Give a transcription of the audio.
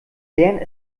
lernen